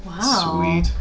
Wow